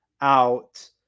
out